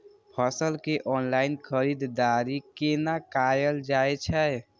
फसल के ऑनलाइन खरीददारी केना कायल जाय छै?